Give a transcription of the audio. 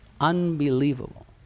unbelievable